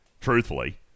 Truthfully